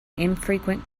infrequent